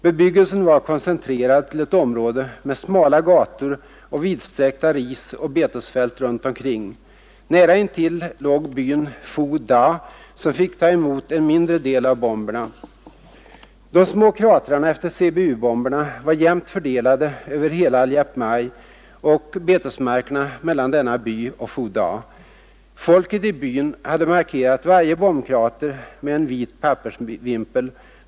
Bebyggelsen var koncentrerad till ett område med smala gator och vidsträckta risoch betesfält runt omkring. Nära intill låg byn Phu Da, som fick ta emot en mindre del av bomberna. De små kratrarna efter CBU-bomberna var jämnt fördelade över hela Liep Mai och betesmarkerna mellan denna by och Phu Da. Folket i byn hade markerat varje bombkrater med en vit pappersvimpel.